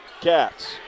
Cats